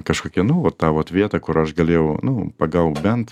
kažkokia nu va ta vot vietą kur aš galėjau nu pagaut bent